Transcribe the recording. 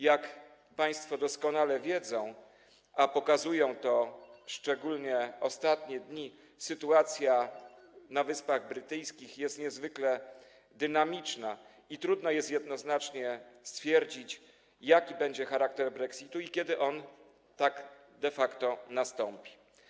Jak państwo doskonale wiedzą, a pokazują to szczególnie ostatnie dni, sytuacja na Wyspach Brytyjskich jest niezwykle dynamiczna i trudno jest jednoznacznie stwierdzić, jaki będzie charakter brexitu i kiedy on de facto nastąpi.